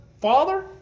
father